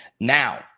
Now